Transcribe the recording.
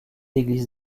églises